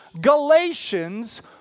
Galatians